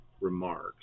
remarks